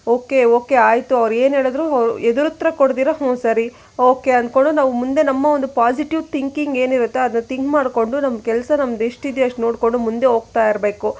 okay okay ಆಯಿತು ಅವ್ರು ಏನು ಹೇಳಿದರೂ ಎದರು ಉತ್ತರ ಕೊಡ್ದಿರ ಹ್ಞೂ ಸರಿ ಓಕೆ ಅನ್ಕೊಂಡು ನಾವು ಮುಂದೆ ನಮ್ಮ ಒಂದು ಪೊಸಿಟಿವ್ ಥಿಂಕಿಂಗ್ ಏನು ಇರುತ್ತೊ ಅದನ್ನು ಥಿಂಕ್ ಮಾಡಿಕೊಂಡು ನಮ್ಮ ಕೆಲಸ ನಮ್ದು ಎಷ್ಟಿದೆಯೋ ಅಷ್ಟು ನೋಡಿಕೊಂಡು ಮುಂದೆ ಹೋಗ್ತಾ ಇರಬೇಕು